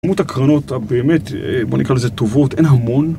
כמות הקרנות הבאמת, בוא נקרא לזה טובות, אין המון